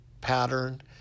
pattern